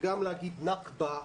וגם להגיד "נכבה",